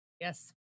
Yes